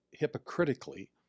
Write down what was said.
hypocritically